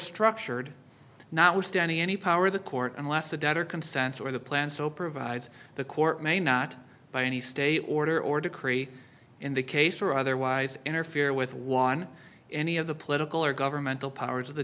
structured notwithstanding any power the court unless the debtor consents or the plan so provides the court may not by any stay order or decree in the case or otherwise interfere with one any of the political or governmental powers of the